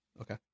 Okay